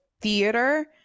theater